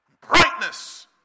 Brightness